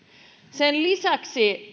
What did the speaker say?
sen lisäksi